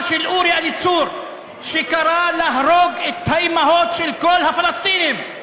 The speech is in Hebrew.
של אורי אליצור שקרא להרוג את האימהות של כל הפלסטינים?